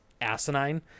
Asinine